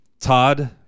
todd